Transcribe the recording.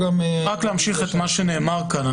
רק להמשיך את מה שנאמר כאן.